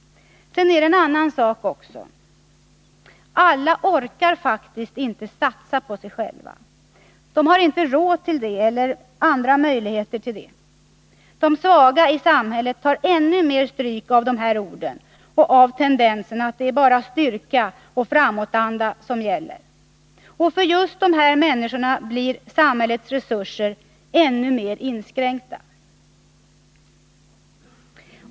Nu orkar faktiskt inte alla människor satsa på sig själva. Somliga har kanske inte råd att göra det. De svaga i samhället tar ännu mer stryk av sådana ord och av tendensen att det bara är styrka och framåtanda som gäller. Och just dessa människor drabbas av samhällets inskränkningar av resurserna.